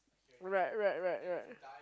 right right right right